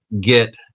get